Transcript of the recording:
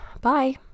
bye